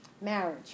marriage